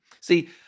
See